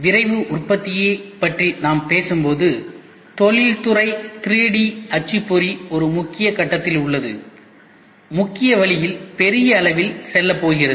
விரைவு உற்பத்தியைப் பற்றி நாம் பேசும்போது தொழில்துறை 3D அச்சுப்பொறி ஒரு முக்கிய கட்டத்தில் உள்ளது முக்கிய வழியில் பெரிய அளவில் செல்லப்போகிறது